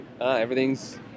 everything's